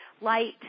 light